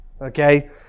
Okay